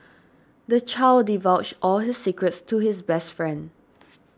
the child divulged all his secrets to his best friend